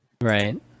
right